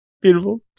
Beautiful